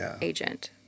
agent